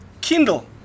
Kindle